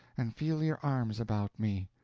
and feel your arms about me!